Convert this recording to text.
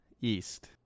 east